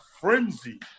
frenzy